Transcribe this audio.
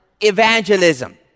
evangelism